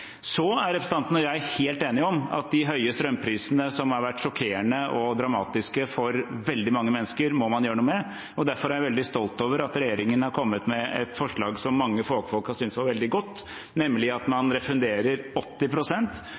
Representanten Moxnes og jeg er helt enige om at de høye strømprisene, som har vært sjokkerende og dramatiske for veldig mange mennesker, må man gjøre noe med. Derfor er jeg veldig stolt av at regjeringen har kommet med et forslag som mange fagfolk har syntes var veldig godt, nemlig at man refunderer